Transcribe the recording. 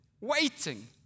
waiting